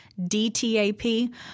DTAP